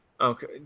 Okay